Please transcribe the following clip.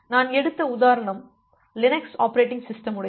நான் எடுத்த உதாரணம் லினக்ஸ் ஆப்பரேட்டிங் சிஸ்டம் உடையது